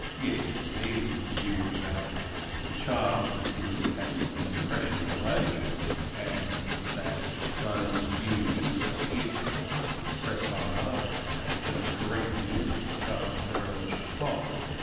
yes. he was of the view that the child is at an impressionable age and that those views, if expressed by a mother as being correct views that a child of her age should hold,